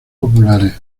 populares